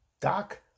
Doc